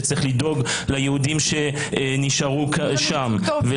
שצריך לדאוג ליהודים שנשארו שם,